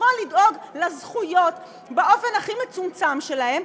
שיכול לדאוג לזכויות באופן הכי מצומצם שלהם,